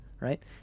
right